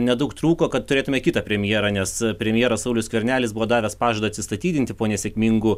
nedaug trūko kad turėtume kitą premjerą nes premjeras saulius skvernelis buvo davęs pažadą atsistatydinti po nesėkmingų